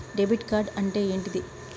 Debit card అంటే ఏంటిది?